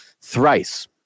thrice